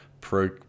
pro